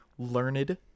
Learned